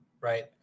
right